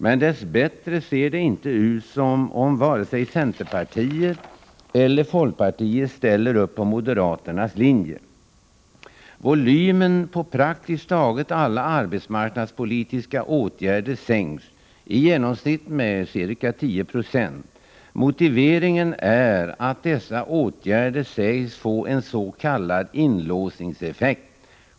Men dess bättre ser det inte ut som om vare sig centerpartiet eller folkpartiet ställer upp på moderaternas linje. Volymen på praktiskt taget alla arbetsmarknadspolitiska åtgärder sänks — i genomsnitt med ca 10 96. Motiveringen är att dessa åtgärder sägs få s.k. inlåsningseffekter.